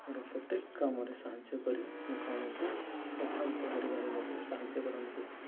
ମୋର ପ୍ରତ୍ୟେକ କାମରେ ସାହାଯ୍ୟ କରି ମୋ କାମକୁ ପ୍ରଭାବିତ କରିବାରେ ମୋତେ ସାହାଯ୍ୟ କରନ୍ତି